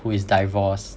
who is divorced